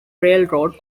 railroad